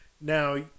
Now